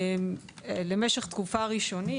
למשך תקופה ראשונית,